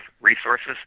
resources